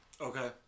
Okay